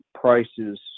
prices